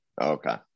Okay